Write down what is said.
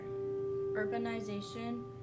Urbanization